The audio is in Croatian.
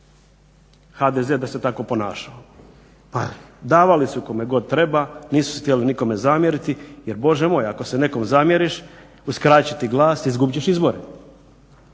HDZ da se tako ponašao. Davali su kome god treba, nisu se htjeli nikome zamjeriti. Jer Bože moj, ako se nekom zamjeriš uskratit će ti glas, izgubit ćeš izbore.